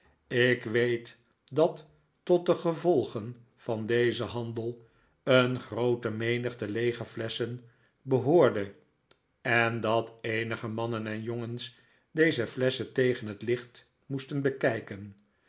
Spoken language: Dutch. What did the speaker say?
ik weet dat tot de gevolgen van dezen handel een groote menigte leege flesschen behoorde en dat eenige mannen en jongens deze flesschen tegen het licht moesten bekijken